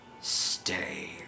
Stay